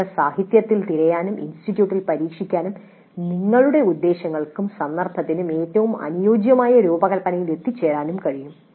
നിങ്ങൾക്ക് സാഹിത്യത്തിൽ തിരയാനും ഇൻസ്റ്റിറ്റ്യൂട്ടിൽ പരീക്ഷിക്കാനും നിങ്ങളുടെ ഉദ്ദേശ്യങ്ങൾക്കും സന്ദർഭത്തിനും ഏറ്റവും അനുയോജ്യമായ രൂപകൽപ്പനയിൽ എത്തിച്ചേരാനും കഴിയും